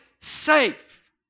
safe